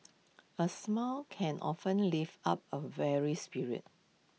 A smile can often lift up A weary spirit